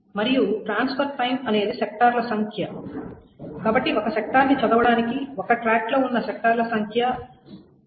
మరియు transfer time అనేది సెక్టార్ల సంఖ్య కాబట్టి ఒక సెక్టార్ని చదవడానికి ఒక ట్రాక్ లో ఉన్న సెక్టార్ల సంఖ్య X 60rpm